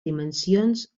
dimensions